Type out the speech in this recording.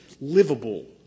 livable